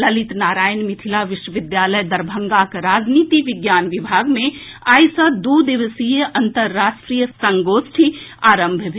ललित नारायण मिथिला विश्वविद्यालय दरभंगाक राजनीति विज्ञान विभाग मे आई सँ दू दिवसीय अन्तर्राष्ट्रीय संगोष्ठि आरंभ भेल